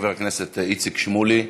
חבר הכנסת איציק שמולי,